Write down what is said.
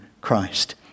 Christ